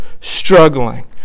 struggling